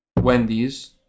Wendy's